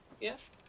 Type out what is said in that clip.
Yes